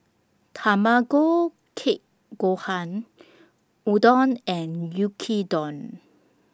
Tamago Kake Gohan Udon and Yuki Don